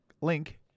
link